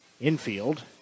infield